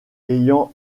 ayant